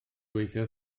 gweithio